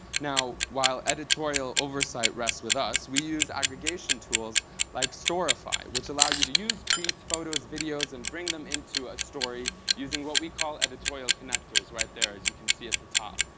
now, while editorial oversight rests with us, we use aggregation tools like storify which allow you to use tweets, photos, videos, and bring them into a story using what we call editorial connectors, right there as you can see at the top,